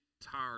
tired